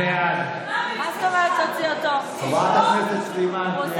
בעד חברת הכנסת סלימאן, קריאה שנייה.